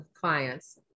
clients